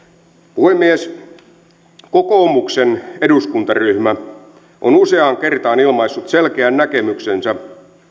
puhemies kokoomuksen eduskuntaryhmä on useaan kertaan ilmaissut selkeän näkemyksensä